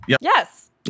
Yes